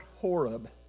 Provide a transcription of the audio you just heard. Horeb